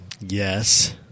Yes